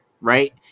right